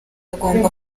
agomba